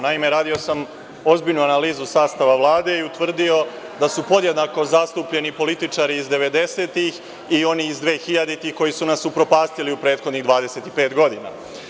Naime, radio sam ozbiljnu analizu sastava Vlade i utvrdio da su podjednako zastupljeni političari iz 90-ih i oni ih dvehiljaditih koji su nas upropastili u prethodnih 25 godina.